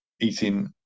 eating